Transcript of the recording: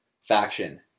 faction